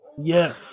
Yes